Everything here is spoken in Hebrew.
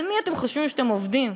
על מי אתם חושבים שאתם עובדים?